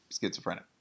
schizophrenic